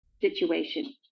situation